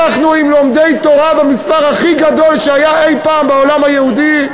אנחנו עם לומדי תורה במספר הכי גדול שהיה אי-פעם בעולם היהודי,